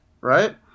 right